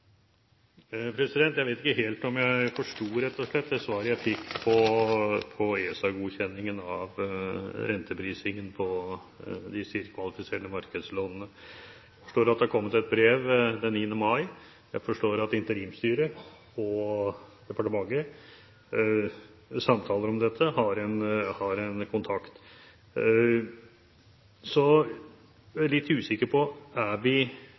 Jeg vet rett og slett ikke om jeg helt forsto det svaret jeg fikk når det gjelder ESA-godkjenningen av renteprisingen på de CIRR-kvalifiserte markedslånene. Jeg forstår at det kom et brev den 9. mai. Jeg forstår at interimstyret og departementet samtaler om dette, har en kontakt. Så jeg er litt usikker på: Er vi